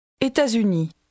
États-Unis